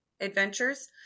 adventures